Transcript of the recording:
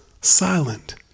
silent